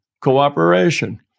cooperation